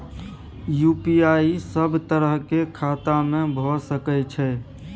UPI सब तरह के खाता में भय सके छै?